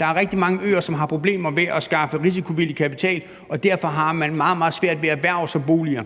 Der er rigtig mange øer, som har problemer med at skaffe risikovillig kapital, og derfor har man meget, meget svært ved at erhverve sig boliger,